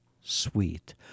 Sweet